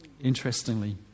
Interestingly